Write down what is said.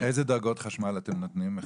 איזה דרגות חשמל אתם נותנים?